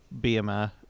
BMI